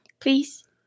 please